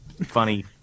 Funny